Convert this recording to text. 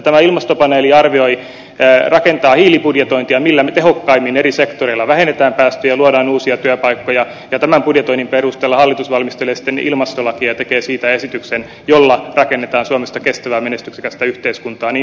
tämä ilmastopaneeli rakentaa hiilibudjetointia millä tehokkaimmin eri sektoreilla vähennetään päästöjä ja luodaan uusia työpaikkoja ja tämän budjetoinnin perusteella hallitus valmistelee sitten ilmastolakia ja tekee siitä esityksen jolla rakennetaan suomesta kestävää menestyksekästä yhteiskuntaa niin ympäristönsuojelullisesti kuin taloudellisestikin